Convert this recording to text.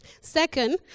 Second